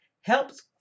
helps